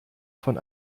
von